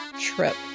trip